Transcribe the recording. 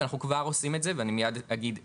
אנחנו כבר עושים את זה ואני כבר אגיד איך,